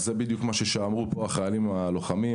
זה בדיוק מה שאמרו החיילים הלוחמים,